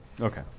Okay